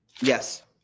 Yes